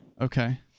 Okay